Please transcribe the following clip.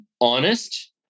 honest